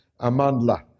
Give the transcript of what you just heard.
Amandla